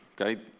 okay